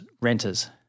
renters